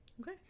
Okay